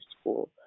School